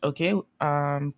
Okay